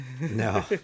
no